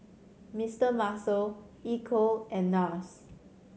Mister Muscle Ecco and Nars